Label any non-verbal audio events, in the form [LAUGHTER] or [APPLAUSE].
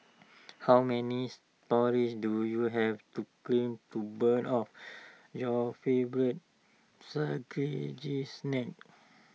how many storeys do you have to climb to burn off your favourite [UNINTELLIGIBLE] snacks